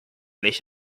nicht